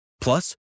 Plus